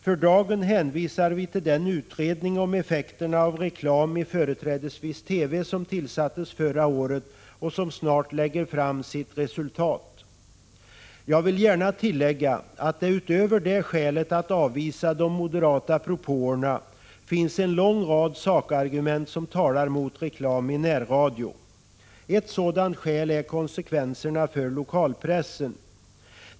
För dagen hänvisar vi till den utredning om effekterna av reklam i företrädesvis TV som tillsattes förra våren och som snart lägger fram sitt resultat. Jag vill gärna tillägga att det utöver det skälet att avvisa de moderata propåerna finns en lång rad sakargument som talar mot reklam i närradio. Ett sådant skäl är konsekvenserna för lokalpressen.